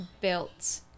built